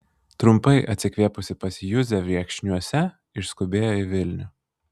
trumpai atsikvėpusi pas juzę viekšniuose išskubėjo į vilnių